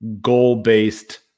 goal-based